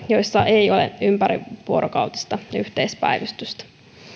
joissa ei ole ympärivuorokautista yhteispäivystystä